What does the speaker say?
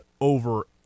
over